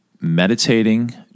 meditating